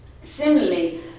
Similarly